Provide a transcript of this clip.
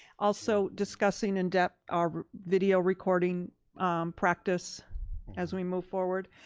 also discussing in depth our video recording practice as we move forward.